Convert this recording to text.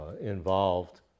involved